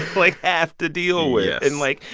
like, have to deal with yes and, like,